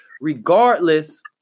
regardless